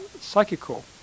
psychical